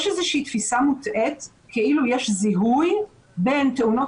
יש תפיסה מוטעית כאילו יש זיהוי בין תאונות